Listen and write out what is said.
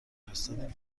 فرستادیم